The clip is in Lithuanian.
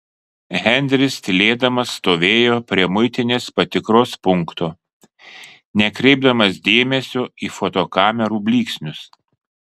henris tylėdamas stovėjo prie muitinės patikros punkto nekreipdamas dėmesio į fotokamerų blyksnius